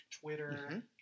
Twitter